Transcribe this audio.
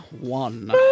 One